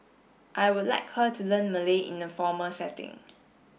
I would like her to learn Malay in a formal setting